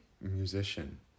musician